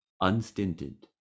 unstinted